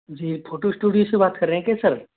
जी photo studio से बात कर रहे हैं क्या सर